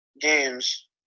games